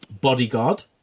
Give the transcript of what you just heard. bodyguard